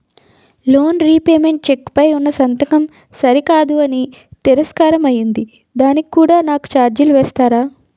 Loan repayment cheque పై ఉన్నా సంతకం సరికాదు అని తిరస్కారం అయ్యింది దానికి కూడా నాకు ఛార్జీలు వేస్తారా?